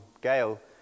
Gail